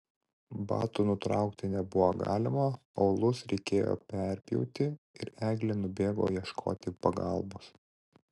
batų nutraukti nebuvo galima aulus reikėjo perpjauti ir eglė nubėgo ieškoti pagalbos